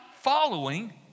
following